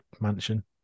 mansion